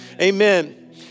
Amen